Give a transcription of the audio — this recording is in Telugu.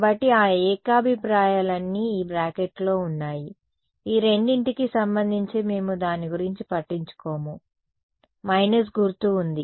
కాబట్టి ఆ ఏకాభిప్రాయాలన్నీ ఈ బ్రాకెట్లో ఉన్నాయి ఈ రెండింటికి సంబంధించి మేము దాని గురించి పట్టించుకోము మైనస్ గుర్తు ఉంది